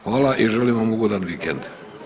Hvala i želim vam ugodan vikend.